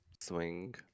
swing